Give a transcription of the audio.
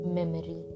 memory